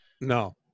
No